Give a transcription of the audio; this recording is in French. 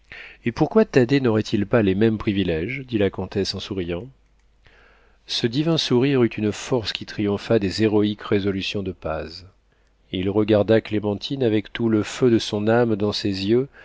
et pourquoi thaddée n'aurait-il pas les mêmes priviléges dit la comtesse en souriant ce divin sourire eut une force qui triompha des héroïques résolutions de paz il regarda clémentine avec tout le feu de son âme dans ses yeux